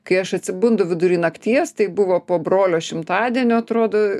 kai aš atsibundu vidury nakties tai buvo po brolio šimtadienio atrodo